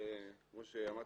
שכמו שאמרתי,